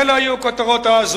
אלה היו הכותרות אז.